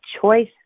choice